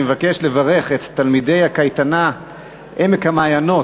אני מבקש לברך את תלמידי הקייטנה "עמק המעיינות",